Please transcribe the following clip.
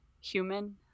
human